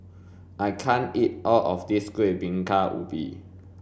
I can't eat all of this kueh bingka ubi